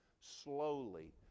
slowly